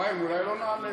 אבל, חיים, אולי לא נעלה.